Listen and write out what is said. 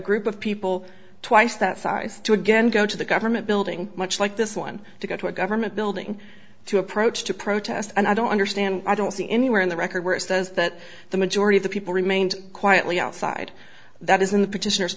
group of people twice that size to again go to the government building much like this one to go to a government building to approach to protest and i don't understand i don't see anywhere in the record where it says that the majority of the people remained quietly outside that is in the petitioners